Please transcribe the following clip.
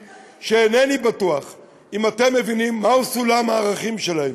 שאינני בטוח אם אתם מבינים מהו סולם הערכים שלהם,